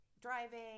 driving